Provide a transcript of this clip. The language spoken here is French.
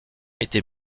était